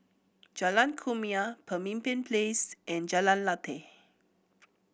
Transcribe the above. Jalan Kumia Pemimpin Place and Jalan Lateh